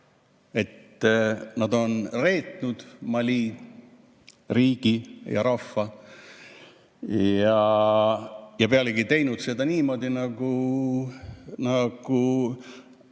nad on reetnud Mali riigi ja rahva, ja pealegi teinud seda niimoodi nagu